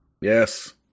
Yes